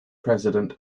president